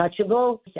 touchable